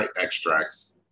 extracts